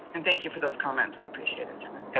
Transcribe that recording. and thank you for those comments, we appreciate it jena.